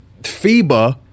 FIBA